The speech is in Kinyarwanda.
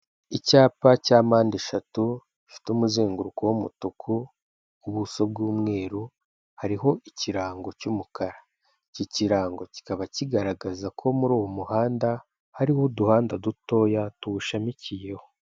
Icyapa cya mpande eshatu, gifite umuzenguruko w'umutuku, ubuso bw'umweru, hariho ikirango cy'umukara, icyi kirango kikaba kigaragaza ko muri uwo muhanda hariho uduhanda dutoya tuwushamikiyeho.